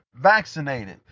vaccinated